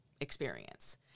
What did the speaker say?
experience